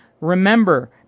Remember